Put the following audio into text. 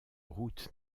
route